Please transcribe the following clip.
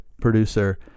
producer